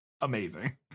amazing